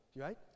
right